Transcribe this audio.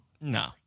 No